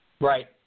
right